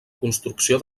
construcció